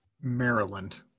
Maryland